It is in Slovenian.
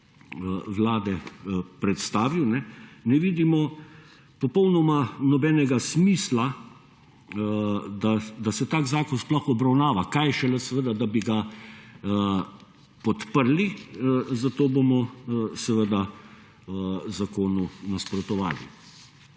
Vlade predstavil, ne vidimo popolnoma nobenega smisla, da se tak zakon sploh obravnava, kaj šele seveda, da bi ga podprli, zato bomo seveda zakonu nasprotovali.